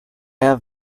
have